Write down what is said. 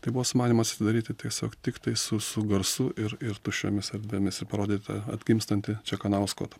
tai buvo sumanymas atidaryti tiesiog tiktai su su garsu ir ir tuščiomis erdvėmis ir parodyt tą atgimstantį čekanausko tą